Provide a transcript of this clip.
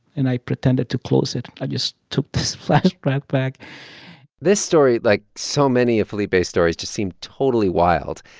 and i pretended to close it. i just took this flash drive back this story, like so many of felipe's stories, just seemed totally wild.